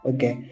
Okay